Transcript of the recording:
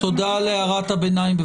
תודה על הערת הביניים.